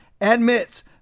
admits